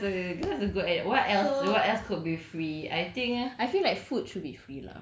but ya bro that was a that was a good idea what else what else could be free I think